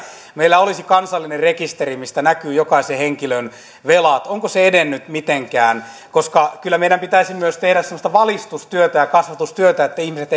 meillä olisi kansallinen rekisteri mistä näkyvät jokaisen henkilön velat onko se edennyt mitenkään kyllä meidän pitäisi tehdä myös semmoista valistustyötä ja kasvatustyötä että ihmiset